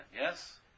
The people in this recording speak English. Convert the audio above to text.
Yes